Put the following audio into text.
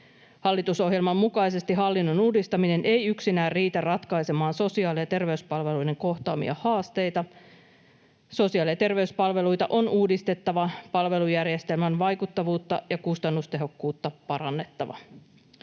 Hallitusohjelman mukaisesti hallinnon uudistaminen ei yksinään riitä ratkaisemaan sosiaali- ja terveyspalveluiden kohtaamia haasteita. Sosiaali- ja terveyspalveluita on uudistettava, palvelujärjestelmän vaikuttavuutta ja kustannustehokkuutta parannettava.